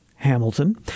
Hamilton